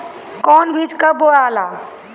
कौन बीज कब बोआला?